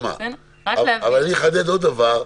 אבל אני אחדד עוד דבר,